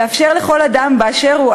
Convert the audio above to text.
לאפשר לכל אדם באשר הוא,